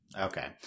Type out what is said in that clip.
okay